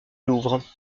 louvre